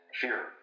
fear